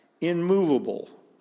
immovable